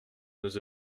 nos